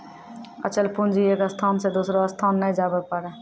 अचल पूंजी एक स्थान से दोसरो स्थान नै जाबै पारै